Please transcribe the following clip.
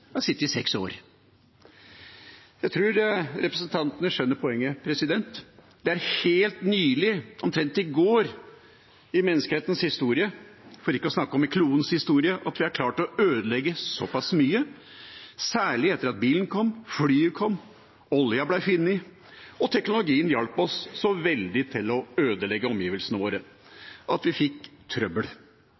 har sittet i 6 år. Jeg tror representantene skjønner poenget. Det er helt nylig – omtrent i går – i menneskehetens historie, for ikke å snakke om i klodens historie, at vi har klart å ødelegge såpass mye, særlig etter at bilen kom, flyet kom, olja ble funnet, og teknologien hjalp oss så veldig til å ødelegge omgivelsene våre at vi fikk trøbbel,